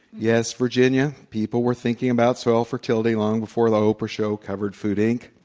yes virginia, people were thinking about soil fertility long before the oprah show covered food, inc.